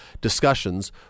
discussions